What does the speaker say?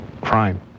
crime